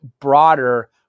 broader